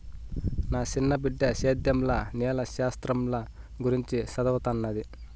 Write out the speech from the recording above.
నా సిన్న బిడ్డ సేద్యంల నేల శాస్త్రంల గురించి చదవతన్నాది